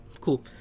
Cool